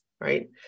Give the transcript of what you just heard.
right